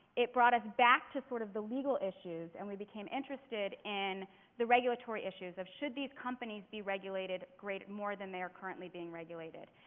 it brought us back to sort of the legal issues and we became interested in the regulatory issues of, should these companies be regulated more than they're currently being regulated?